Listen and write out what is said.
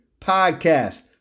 Podcast